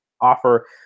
offer